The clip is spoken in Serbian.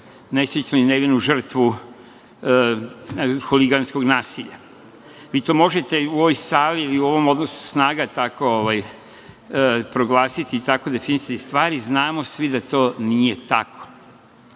nesrećnu i nevinu žrtvu huliganskog nasilja. Vi to možete u ovoj sali ili u ovom odnosu snaga tako proglasiti i tako definisati stvari, ali znamo svi da to nije tako.